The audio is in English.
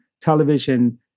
television